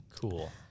cool